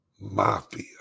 Mafia